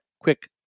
Quick